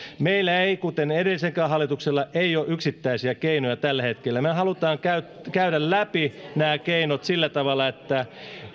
meillä ei kuten ei edelliselläkään hallituksella ole yksittäisiä keinoja tällä hetkellä me haluamme käydä läpi nämä keinot sillä tavalla että